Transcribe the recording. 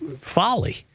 folly